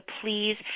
please